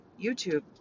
YouTube